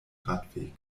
radweg